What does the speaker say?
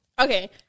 Okay